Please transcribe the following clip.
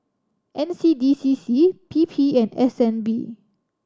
N C D C C P P and S N B